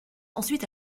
ensuite